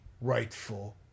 rightful